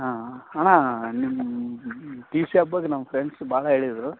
ಅಣ್ಣ ನಿಮ್ಮ ಟೀ ಬಗ್ಗೆ ನಮ್ಮ ಫ್ರೆಂಡ್ಸ್ ಭಾಳ ಹೇಳಿದರು